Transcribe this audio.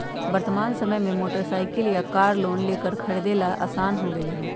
वर्तमान समय में मोटर साईकिल या कार लोन लेकर खरीदे ला आसान हो गयले है